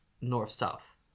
north-south